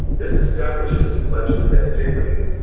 this establishes the legend's antiquity,